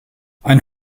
ein